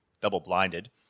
double-blinded